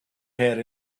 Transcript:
had